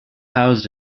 housed